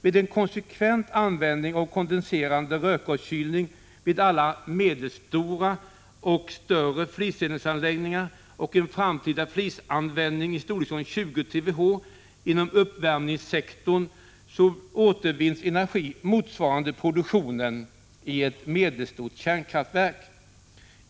Vid en konsekvent användning av kondenserande rökgaskylning vid alla medelstora och större fliseldningsanläggningar och en framtida flisanvändning i storleksordningen 20 TWh inom uppvärmningssektorn återvinns energi motsvarande produktionen i ett medelstort kärnkraftverk.